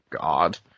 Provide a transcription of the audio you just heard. God